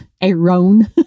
Aaron